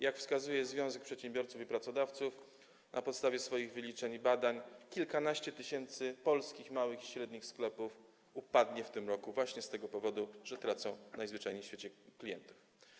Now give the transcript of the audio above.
Jak wskazuje Związek Przedsiębiorców i Pracodawców na podstawie swoich wyliczeń i badań, kilkanaście tysięcy polskich małych i średnich sklepów upadnie w tym roku z tego powodu, że tracą najzwyczajniej w świecie klientów.